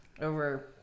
over